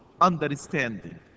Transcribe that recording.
understanding